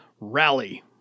rally